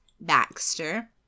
Baxter